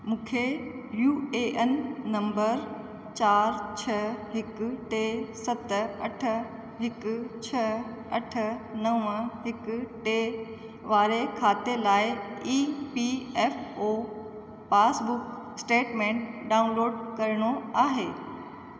मूंखे U A N number चारि छह हिकु टे सत अठ हिकु छह अठ नव हिकु टे वारे खाते लाइ E P F O passbook statement download करिणो आहे